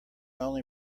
only